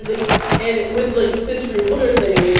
like, and with, like, the sensorimotor thing. like,